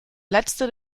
letzte